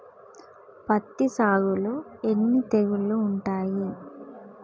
పత్తి సాగులో ఎన్ని తెగుళ్లు ఉంటాయి?